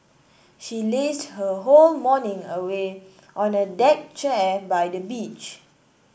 she lazed her whole morning away on a deck chair by the beach